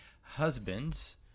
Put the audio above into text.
husbands